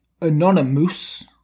Anonymous